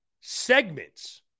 segments